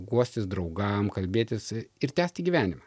guostis draugam kalbėtis ir tęsti gyvenimą